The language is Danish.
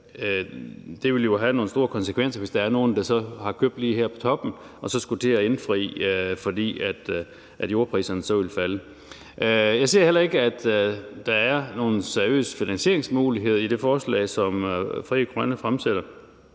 det ville jo have nogle store konsekvenser, hvis der var nogen, der havde købt lige her på toppen og skulle til at indfri, fordi jordpriserne så ville falde. Jeg ser heller ikke, at der er nogen seriøse finansieringsmuligheder i det forslag, som Frie Grønne fremsætter.